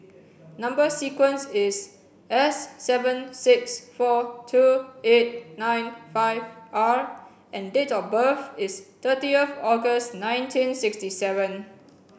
number sequence is S seven six four two eight nine five R and date of birth is thirty of August nineteen sixty seven